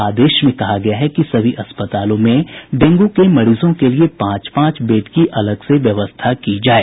आदेश में कहा गया है कि सभी अस्पतालों में डेंगू के मरीजों के लिए पांच पांच बेड की अलग से व्यवस्था की जाये